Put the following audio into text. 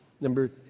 Number